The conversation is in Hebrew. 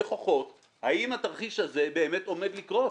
נכוחות האם התרחיש הזה באמת עומד לקרות.